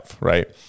right